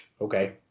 okay